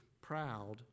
proud